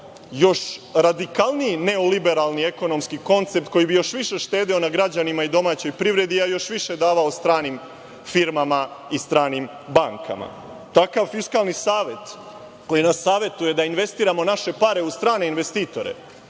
još radikalniji neoliberalni ekonomski koncept koji bi još više štedeo na građanima i domaćoj privredi, a još više davao stranim firmama i stranim bankama? Takav Fiskalni savet, koji nas savetuje da investiramo naše pare u strane investitore,